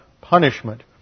punishment